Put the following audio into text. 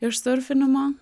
iš surfinimo